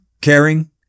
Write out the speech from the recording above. caring